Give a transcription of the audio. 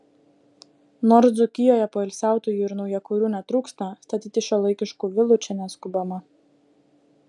nors dzūkijoje poilsiautojų ir naujakurių netrūksta statyti šiuolaikiškų vilų čia neskubama